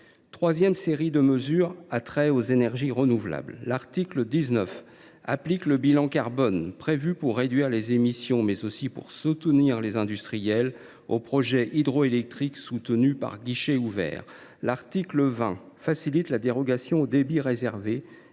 troisième série de mesures a trait aux énergies renouvelables. L’article 19 applique le bilan carbone prévu pour réduire les émissions, mais aussi pour soutenir les industriels, aux projets hydroélectriques attribués par guichets ouverts. L’article 20 facilite la dérogation au débit réservé